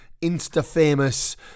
Insta-famous